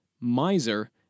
miser